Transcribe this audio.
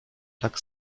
tak